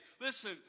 Listen